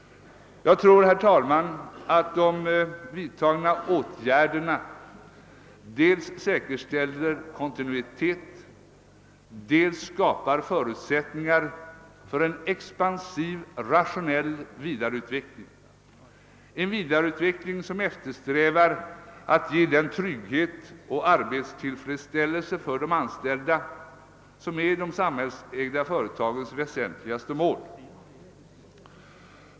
Jag tror, herr talman, att de vidtagna åtgärderna dels säkerställer kontinuiteten, dels skapar förutsättningar för en expansiv rationell vidareutveckling, en vidareutveckling som eftersträvar att ge den trygghet och arbetstillfredsställelse för de anställda som är de samhällsägda företagens väsentligaste mål.